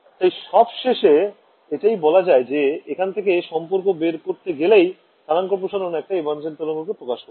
তাই সব সেশে এটাই বলা যায় যে এখান থেকে সম্পর্ক বের করতে গেলেই স্থানাঙ্ক প্রসারণ একটা এভান্সেন্ত তরঙ্গ কে প্রকাশ করবে